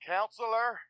Counselor